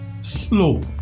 slow